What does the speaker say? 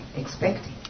expecting